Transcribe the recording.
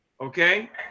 okay